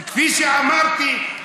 וכפי שאמרתי,